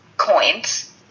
coins